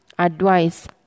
Advice